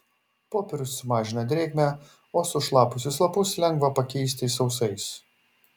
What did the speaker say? popierius sumažina drėgmę o sušlapusius lapus lengva pakeisti sausais